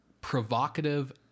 provocative